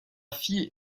fille